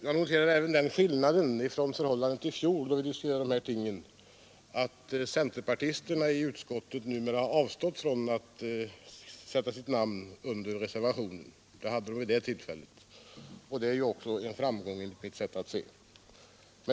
Jag noterar även den skillnaden jämfört med i fjol, då vi diskuterade dessa ting, att centerpartisterna i utskottet nu avstått från att sätta sina namn under reservationen. Förra gången hade de ju skrivit på reservationen. Detta är också en framgång enligt mitt sätt att se.